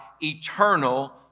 eternal